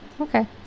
Okay